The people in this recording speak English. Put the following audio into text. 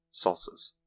Salsas